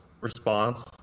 Response